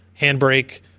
Handbrake